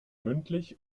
mündlich